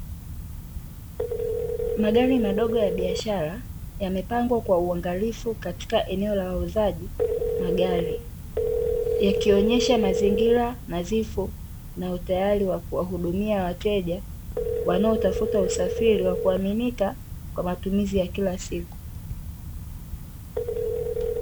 Magari madogo ya biashara, yamepangwa kwa uangalifu katika eneo la wauzaji magari, yakionyesha mazingira nadhifu na utayari wa kuwahudumia wateja, wanaotafuta usafiri wa kuaminika kwa matumizi ya kila siku.